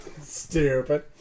Stupid